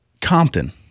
Compton